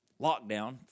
lockdown